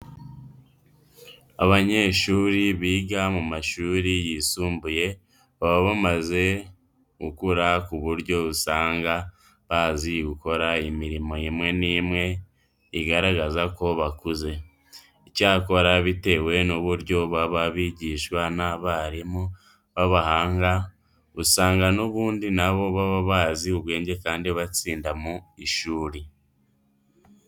Abanyeshuri biga mu mashuri yisumbuye baba bamaze gukura ku buryo usanga bazi gukora imirimo imwe n'imwe igaragaza ko bakuze. Icyakora bitewe n'uburyo baba bigishwa n'abarimu b'abahanga, usanga n'ubundi na bo baba bazi ubwenge kandi batsinda mu ishuri.